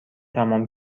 تمام